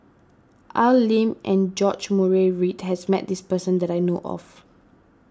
Al Lim and George Murray Reith has met this person that I know of